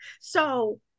So-